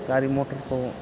गारि मटरखौ